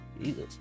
Jesus